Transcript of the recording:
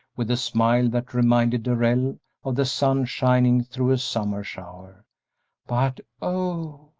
with a smile that reminded darrell of the sun shining through a summer shower but oh,